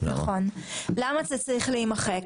למה זה צריך להימחק?